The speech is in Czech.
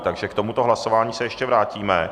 Takže k tomuto hlasování se ještě vrátíme.